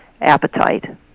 appetite